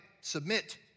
Submit